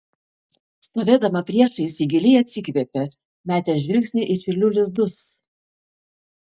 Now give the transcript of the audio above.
stovėdama priešais ji giliai atsikvėpė metė žvilgsnį į čiurlių lizdus